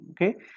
okay